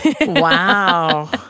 Wow